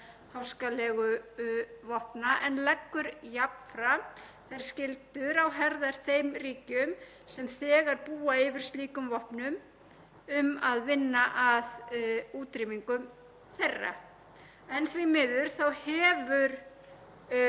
að vinna að útrýmingu þeirra. En því miður hefur lítið borið á efndum á þeim hluta samningsins. Sem betur fer